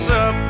up